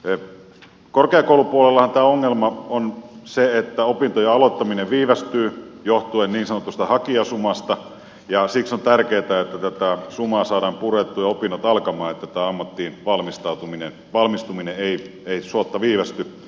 korkeakoulupuolellahan tämä ongelma on se että opintojen aloittaminen viivästyy johtuen niin sanotusta hakijasumasta ja siksi on tärkeätä että tätä sumaa saadaan purettua ja opinnot alkamaan että tämä ammattiin valmistuminen ei suotta viivästy